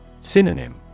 Synonym